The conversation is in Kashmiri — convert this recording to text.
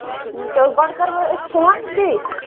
اَ تہٕ گۄڈٕ کَرٕوٕ أسۍ فون بیٚیہِ